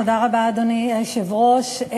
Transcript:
אדוני היושב-ראש,